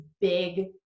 big